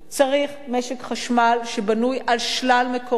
צריך משק חשמל שבנוי על שלל מקורות,